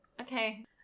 okay